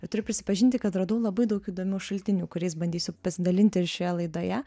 ir turiu prisipažinti kad radau labai daug įdomių šaltinių kuriais bandysiu pasidalinti ir šioje laidoje